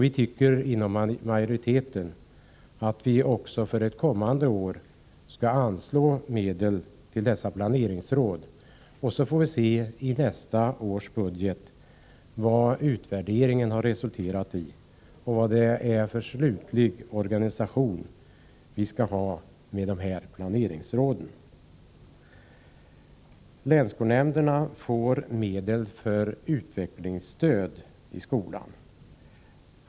Utskottsmajoriteten tycker att man också för kommande år skall anslå medel till dessa planeringsråd. Sedan får vi se i samband med nästa års budget vad utvärderingen har resulterat i och vilken slutgiltig organisation de regionala planeringsråden skall ha. Länsskolnämnderna har medel för utvecklingsstöd i skolan.